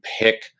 pick